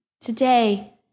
Today